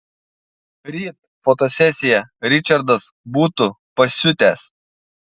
ryt fotosesija ričardas būtų pasiutęs